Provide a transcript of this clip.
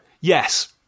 Yes